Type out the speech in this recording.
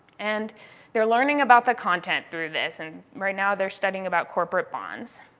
and they're learning about the content through this. and right now they're studying about corporate bonds.